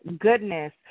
Goodness